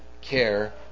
care